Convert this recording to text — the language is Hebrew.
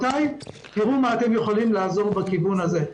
תראו מה אתם יכולים לעזור בכיוון הזה.